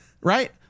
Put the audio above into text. right